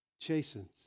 chastens